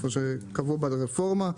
כפי שנקבע ברפורמה.